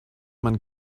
mein